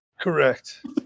Correct